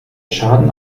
schaden